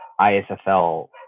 ISFL